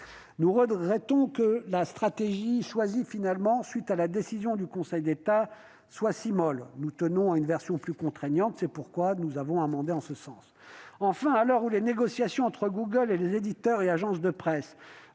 Nous regrettons que la stratégie choisie finalement, à la suite de la décision du Conseil d'État, soit si molle. Nous tenons à une version plus contraignante. C'est pourquoi nous avons amendé le texte en ce sens. Enfin, à l'heure où les négociations entre Google et les éditeurs et agences de presse